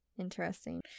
Interesting